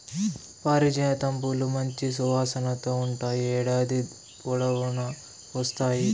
పారిజాతం పూలు మంచి సువాసనతో ఉంటాయి, ఏడాది పొడవునా పూస్తాయి